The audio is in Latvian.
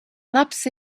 labs